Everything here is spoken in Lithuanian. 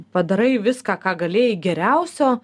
padarai viską ką galėjai geriausio